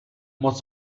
moc